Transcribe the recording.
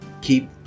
Keep